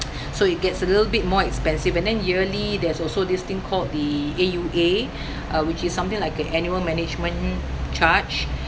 so it gets a little bit more expensive and then yearly there's also this thing called the A_U_A uh which is something like a annual management charge